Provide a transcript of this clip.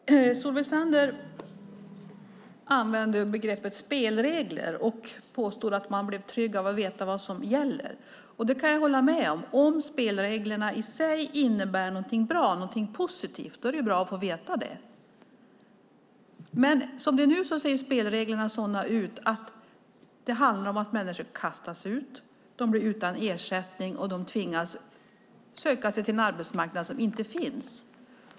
Herr talman! Solveig Zander använde begreppet spelregler och påstod att man blir trygg av att veta vad som gäller. Det kan jag hålla med om - om spelreglerna i sig innebär något bra och positivt. Då är det bra att få veta det. Som det är nu ser spelreglerna sådana ut att det handlar om att människor kastas ut, de blir utan ersättning och de tvingas söka sig till en arbetsmarknad som inte finns.